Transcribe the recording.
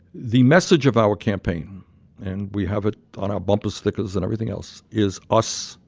the message of our campaign and we have it on our bumper stickers and everything else is us,